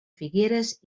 figueres